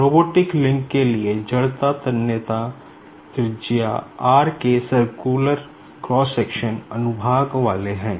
robotic link के लिए inertia tensor अनुभाग वाले हैं